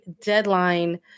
deadline